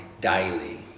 daily